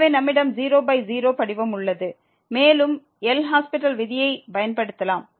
எனவே நம்மிடம் 00 படிவம் உள்ளது மேலும் எல் ஹாஸ்பிடல் விதியைப் பயன்படுத்தலாம்